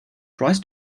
tries